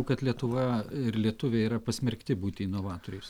kad lietuva ir lietuviai yra pasmerkti būti inovatoriais